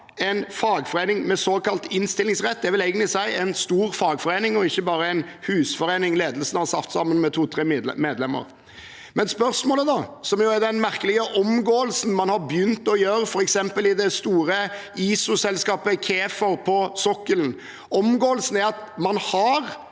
en fagforening med såkalt innstillingsrett, det vil egentlig si en stor fagforening og ikke bare en husforening ledelsen har satt sammen med to–tre medlemmer. Spørsmålet gjelder den merkelige omgåelsen man har begynt å gjøre, f.eks. i det store ISO-selskapet KAEFER på sokkelen. Omgåelsen er at man har